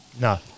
No